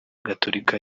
gatulika